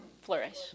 flourish